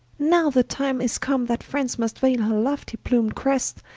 now the time is come, that france must vale her lofty plumed crest,